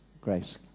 Grace